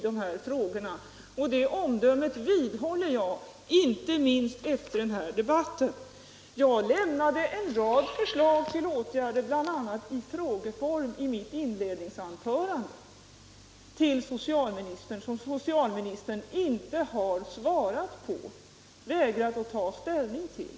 Det omdömet vidhåller jag inte minst efter den här debatten. Jag lämnade en rad förslag till åtgärder, bl.a. i frågeform, i mitt inledningsanförande. De frågorna har socialministern inte svarat på utan vägrat att ta ställning till.